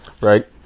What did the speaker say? Right